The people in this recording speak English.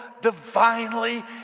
divinely